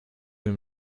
dem